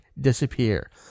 disappear